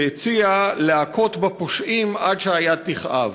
שהציע להכות בפושעים עד שהיד תכאב.